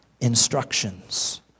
instructions